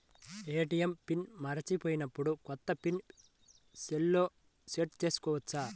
ATM PIN మరచిపోయినప్పుడు, కొత్త PIN సెల్లో సెట్ చేసుకోవచ్చా?